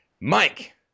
Mike